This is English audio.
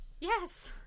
Yes